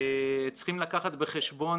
צריכים לקחת בחשבון,